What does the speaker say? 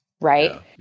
Right